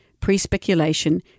pre-speculation